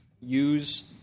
use